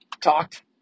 talked